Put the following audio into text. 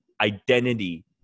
identity